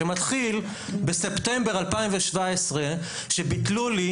שמתחיל בספטמבר 2017 כשביטלו לי,